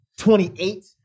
28